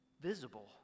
visible